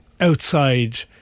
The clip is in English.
outside